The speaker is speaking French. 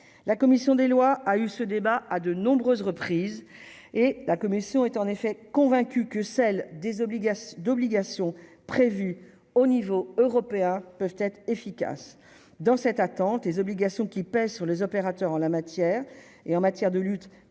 la commission des lois a eu ce débat à de nombreuses reprises et la commission est en effet convaincue que celle des obligations d'obligations prévues au niveau européen, peuvent être efficaces dans cette attente, les obligations qui pèsent sur les opérateurs en la matière et en matière de lutte